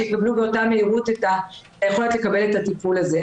שיקבלו באותה מהירות את היכולת לקבל את הטפול הזה.